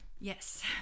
Yes